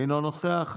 אינו נוכח.